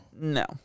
No